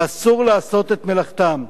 ואסור לעשות את מלאכתם.